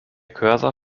cursor